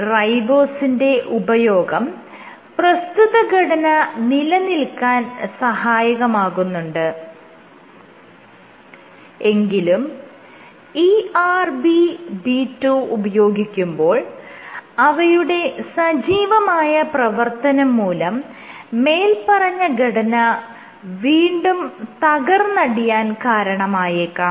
റൈബോസിന്റെ ഉപയോഗം പ്രസ്തുത ഘടന നിലനിൽക്കാൻ സഹായകമാകുന്നുണ്ട് എങ്കിലും ErbB2 ഉപയോഗിക്കുമ്പോൾ അവയുടെ സജ്ജീവമായ പ്രവർത്തനം മൂലം മേല്പറഞ്ഞ ഘടന വീണ്ടും തകർന്നടിയാൻ കാരണമായേക്കാം